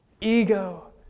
Ego